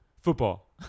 football